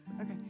Okay